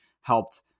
helped